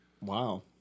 Wow